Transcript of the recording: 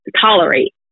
tolerate